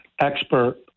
expert